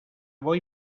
voy